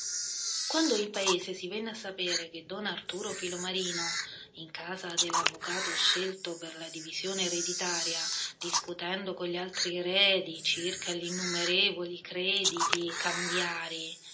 quando in paese si venne a sapere che don arturo filomarino in casa dell'avvocato scelto per la divisione ereditaria discutendo con gli altri eredi circa gli innumerevoli crediti cambiarii